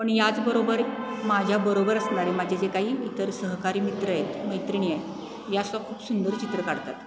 पण याचबरोबर माझ्या बरोबर असणारे माझे जे काही इतर सहकारी मित्र आहेत मैत्रिणी आहेत यासुदा खूप सुंदर चित्र काढतात